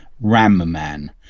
ram-man